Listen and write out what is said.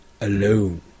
alone